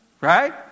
right